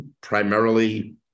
primarily